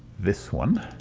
this one.